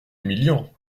humiliant